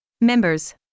Members